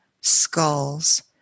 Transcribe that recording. skulls